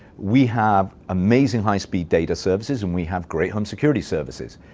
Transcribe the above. we have amazing high-speed data services, and we have great home security services.